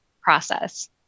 process